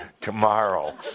tomorrow